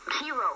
Hero